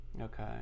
Okay